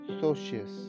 socius